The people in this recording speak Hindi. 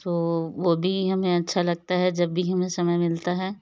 तो वो भी हमें अच्छा लगता है जब भी हमें समय मिलता है